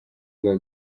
bwa